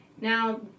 Now